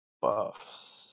buffs